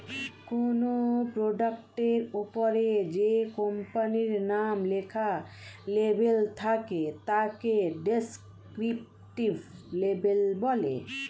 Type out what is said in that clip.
কোনো প্রোডাক্টের ওপরে যে কোম্পানির নাম লেখা লেবেল থাকে তাকে ডেসক্রিপটিভ লেবেল বলে